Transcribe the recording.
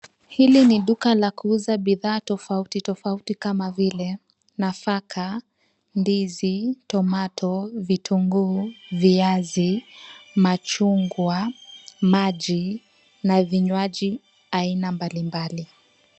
Hili ni duka la kuuza bidhaa tofauti tofauti kama vile, nafaka, ndizi, tomato , vitunguu ,viazi, machungwa, maji, na vinywaji aina mbali mbali.